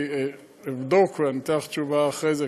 אני אבדוק ואני אתן לך תשובה אחרי זה,